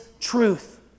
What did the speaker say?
truth